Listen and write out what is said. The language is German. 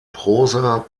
prosa